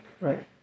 Right